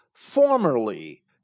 formerly